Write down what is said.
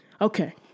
Okay